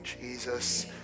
Jesus